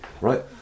right